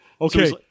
Okay